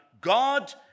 God